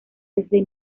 desde